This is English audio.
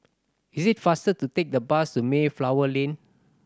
it is faster to take the bus to Mayflower Lane